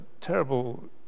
terrible